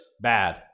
bad